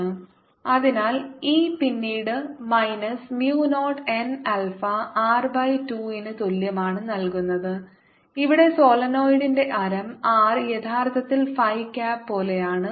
dBdt0nα അതിനാൽ E പിന്നീട് minus mu naught n alpha r by 2 ന് തുല്യമാണ് നൽകുന്നത് ഇവിടെ സോളിനോയിഡിന്റെ ആരം ആർ യഥാർത്ഥത്തിൽ ഫൈ ക്യാപ്പ് പോലെയാണ്